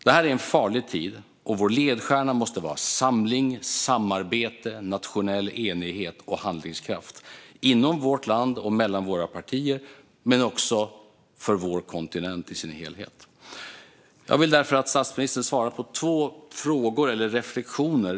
Detta är en farlig tid, och vår ledstjärna måste vara samling, samarbete, nationell enighet och handlingskraft, inom vårt land och mellan våra partier men också för vår kontinent i dess helhet. Jag vill därför att statsministern svarar på två frågor eller reflektioner.